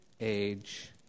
age